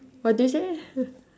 what did you say